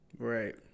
right